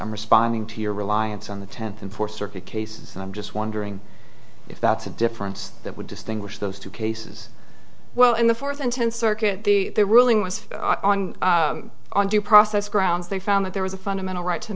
i'm responding to your reliance on the tenth and fourth circuit cases and i'm just wondering if that's a difference that would distinguish those two cases well in the fourth and tenth circuit the ruling was on on due process grounds they found that there was a fundamental right to